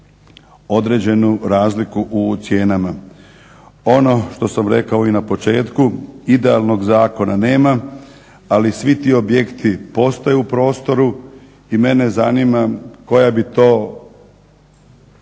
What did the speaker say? određenu razliku u cijenama. Ono što sam rekao i na početku idealnog zakona nema, ali svi ti objekti postoje u prostoru i mene zanima koja bi to